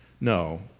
No